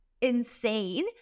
insane